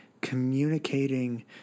communicating